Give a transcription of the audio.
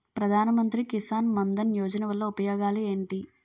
ప్రధాన మంత్రి కిసాన్ మన్ ధన్ యోజన వల్ల ఉపయోగాలు ఏంటి?